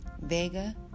Vega